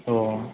अ